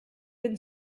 been